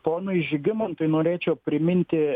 ponui žygimantui norėčiau priminti